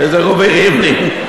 איזה רובי ריבלין.